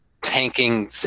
tanking